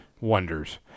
wonders